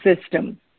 system